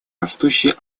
растущей